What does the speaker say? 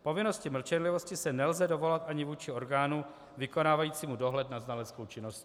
Povinnosti mlčenlivosti se nelze dovolat ani vůči orgánu vykonávajícímu dohled nad znaleckou činností.